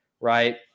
Right